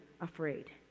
afraid